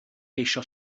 geisio